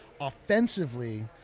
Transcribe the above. offensively